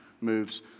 moves